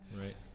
Right